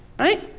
right?